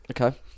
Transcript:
Okay